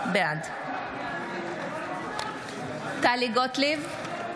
בעד טלי גוטליב,